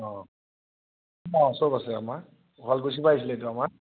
অঁ অঁ চব আছে আমাৰ শুৱালকুছিৰ পৰা আহিছিলে এইটো আমাৰ